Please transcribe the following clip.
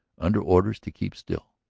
under orders to keep still.